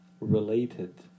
related